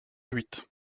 huit